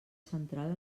central